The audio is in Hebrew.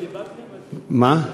מה?